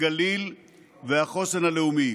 הגליל והחוסן הלאומי.